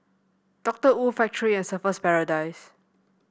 Doctor Wu Factorie and Surfer's Paradise